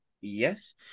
Yes